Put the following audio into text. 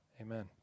Amen